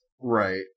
Right